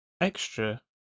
Extra